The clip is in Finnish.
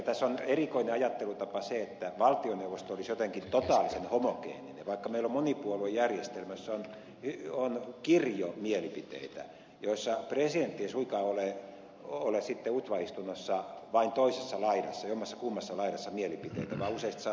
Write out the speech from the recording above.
tässä on erikoinen ajattelutapa se että valtioneuvosto olisi jotenkin totaalisen homogeeninen vaikka meillä on monipuoluejärjestelmä jossa on kirjo mielipiteitä joissa presidentti ei suinkaan ole utva istunnossa vain toisessa laidassa jommassa kummassa laidassa mielipiteitä vaan useasti saattaa olla aika lailla keskelläkin